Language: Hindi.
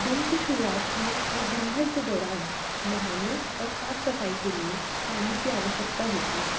दिन की शुरुआत में और दिनभर के दौरान नहाने और साफ़ सफाई के लिए पानी की आवश्यकता होती है